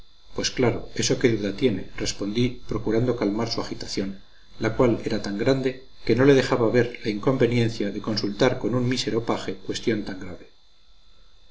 es claro eso qué duda tiene respondí procurando calmar su agitación la cual era tan grande que no le dejaba ver la inconveniencia de consultar con un mísero paje cuestión tan grave